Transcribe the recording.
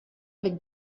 avec